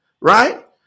right